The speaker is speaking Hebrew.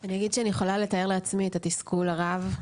אני אגיד שאני יכולה לתאר לעצמי את התסכול הרב.